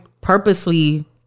purposely